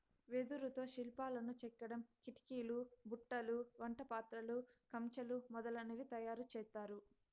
వెదురుతో శిల్పాలను చెక్కడం, కిటికీలు, బుట్టలు, వంట పాత్రలు, కంచెలు మొదలనవి తయారు చేత్తారు